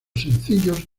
sencillos